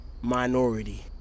minority